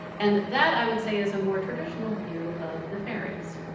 and that, i would say, is a more traditional view of the fairies.